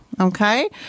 okay